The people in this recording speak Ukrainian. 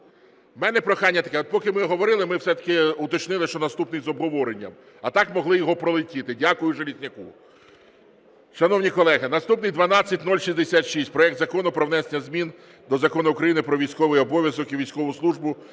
У мене прохання таке, поки ми говорили, ми все-таки уточнили, що наступний з обговоренням, а так могли його пролетіти. Дякую Железняку. Шановні колеги, наступний 12066. Проект Закону про внесення змін до Закону України "Про військовий обов'язок і військову службу"